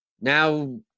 now